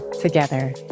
together